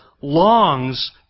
longs